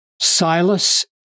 Silas